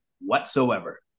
whatsoever